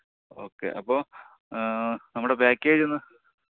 okay അപ്പോൾ നമ്മുടെ package എന്ന്